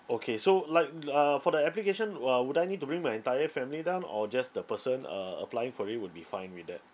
okay so like uh for the application w~ uh would I need to bring my entire family down or just the person uh applying for it would be fine with that